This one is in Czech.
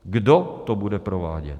Kdo to bude provádět?